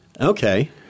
Okay